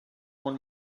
one